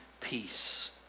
peace